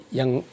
yang